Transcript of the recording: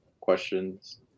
questions